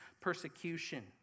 persecution